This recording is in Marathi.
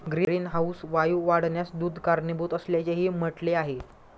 ग्रीनहाऊस वायू वाढण्यास दूध कारणीभूत असल्याचेही म्हटले आहे